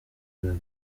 rwego